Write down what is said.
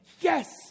yes